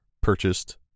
purchased